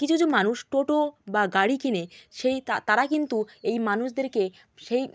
কিছু কিছু মানুষ টোটো বা গাড়ি কিনে সেই তারা কিন্তু এই মানুষদেরকে সেই